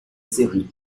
série